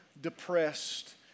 depressed